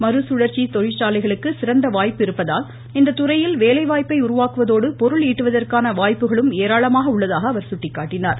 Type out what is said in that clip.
மறுசுழற்சி தொழிற்சாலைகளுக்கு சிறந்த வாய்ப்பு இருப்பதால் இத்துறையில் வேலைவாய்ப்பை உருவாக்குவதோடு பொருள் ஈட்டுவதற்கான வாய்ப்புகளும் ஏராளமாக உள்ளதாக அவர் சுட்டிக்காட்டினார்